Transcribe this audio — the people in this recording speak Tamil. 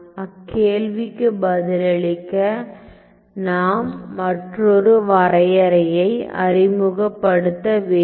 அக்கேள்விக்கு பதிலளிக்க நாம் மற்றொரு வரையறையை அறிமுகப்படுத்த வேண்டும்